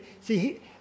see